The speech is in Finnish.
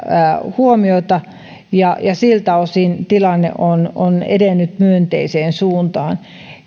huomiota ja siltä osin tilanne on on edennyt myönteiseen suuntaan